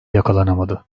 yakalanamadı